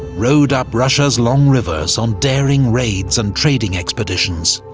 rowed up russia's long rivers on daring raids and trading expeditions.